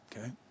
okay